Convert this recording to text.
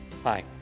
Hi